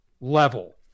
level